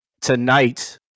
tonight